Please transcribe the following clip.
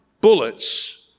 bullets